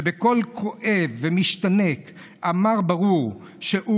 שבקול כואב ומשתנק אמר ברור שהוא,